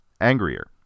angrier